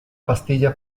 pastilla